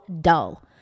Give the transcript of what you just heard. dull